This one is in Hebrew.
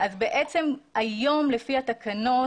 היום לפי התקנות,